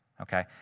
okay